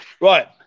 Right